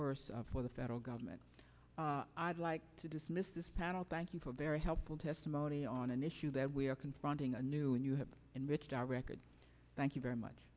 worse for the federal government i'd like to dismiss this panel thank you for a very helpful testimony on an issue that we are confronting a new and you have in which director thank you very much